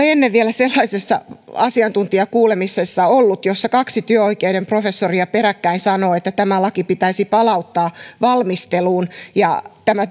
ennen vielä sellaisessa asiantuntijakuulemisessa ollut jossa kaksi työoikeuden professoria peräkkäin sanoo että tämä laki pitäisi palauttaa valmisteluun ja tämä